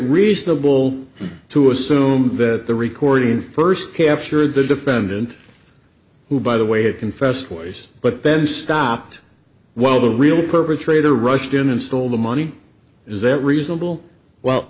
reasonable to assume that the recording first captured the defendant who by the way had confessed choice but then stopped while the real perpetrator rushed in and stole the money is that